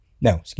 no